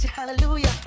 Hallelujah